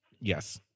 Yes